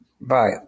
Bye